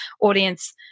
audience